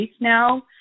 now